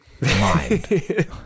mind